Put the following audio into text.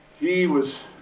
he was,